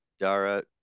Dara